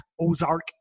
Ozark